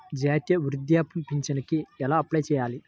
జాతీయ వృద్ధాప్య పింఛనుకి ఎలా అప్లై చేయాలి?